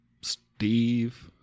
Steve